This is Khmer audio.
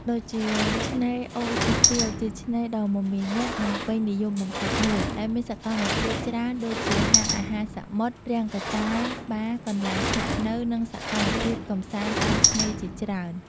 ដូចជា ឆ្នេរអូរឈើទាល ជាឆ្នេរដ៏មមាញឹក និងពេញនិយមបំផុតមួយ ដែលមានសកម្មភាពច្រើនដូចជា ហាងអាហារសមុទ្រ រង្គសាល បារ កន្លែងស្នាក់នៅ និងសកម្មភាពកម្សាន្តតាមឆ្នេរជាច្រើន។